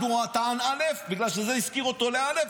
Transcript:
באחד הוא טען א' בגלל שזה השכיר אותו לא',